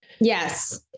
Yes